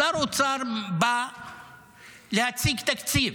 שר האוצר בא להציג תקציב.